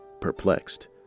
Perplexed